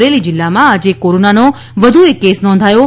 અમરેલી જીલ્લામાં આજે કોરોનાનો વધુ એક કેસ નોંધાયો છે